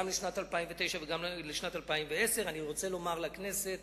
גם לשנת 2009 וגם לשנת 2010. אני רוצה לומר לכנסת: